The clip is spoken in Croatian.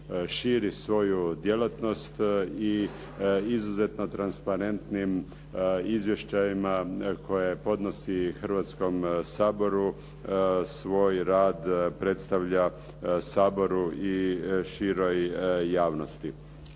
širi svoju djelatnost i izuzetno transparentnim izvještajima koje podnosi Hrvatskom saboru, svoj rad predstavlja Saboru i široj javnosti.